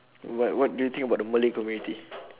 what what do you think about the malay community